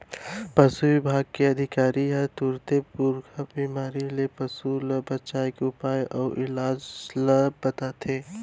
पसु बिभाग के अधिकारी ह तुरते खुरहा बेमारी ले पसु ल बचाए के उपाय अउ इलाज ल बताथें